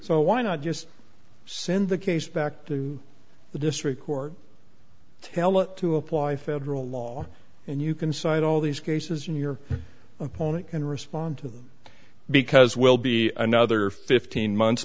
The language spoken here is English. so why not just send the case back to the district court tell it to apply federal law and you can cite all these cases in your opponent and respond to them because we'll be another fifteen months